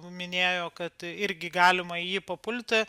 minėjo kad irgi galima į jį papulti